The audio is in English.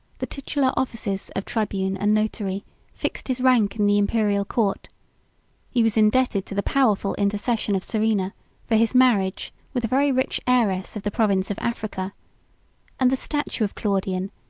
the titular offices of tribune and notary fixed his rank in the imperial court he was indebted to the powerful intercession of serena for his marriage with a very rich heiress of the province of africa and the statute of claudian,